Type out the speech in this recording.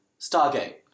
Stargate